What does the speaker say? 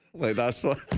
way, that's for